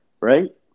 Right